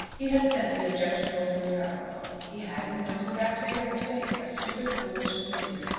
he had sent the objectionable periodical. he had, in point of fact, made a mistake a stupid, foolish mistake,